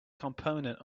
component